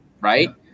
right